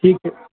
ठीक छै